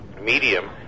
medium